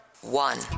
one